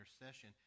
intercession